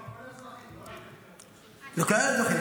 זה תופס הרבה אזרחים, לא רק אתיופים.